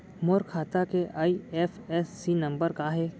मोर खाता के IFSC number का हे?